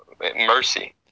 mercy